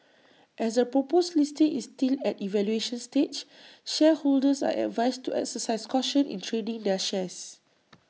as the proposed listing is still at evaluation stage shareholders are advised to exercise caution in trading their shares